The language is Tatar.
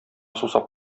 сусап